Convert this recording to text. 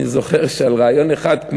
אני זוכר רעיון אחד שעלה שם,